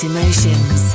Emotions